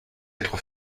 être